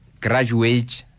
graduate